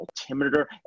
Altimeter